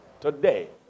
Today